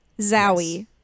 Zowie